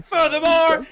Furthermore